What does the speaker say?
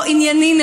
לא ענייני.